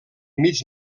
mig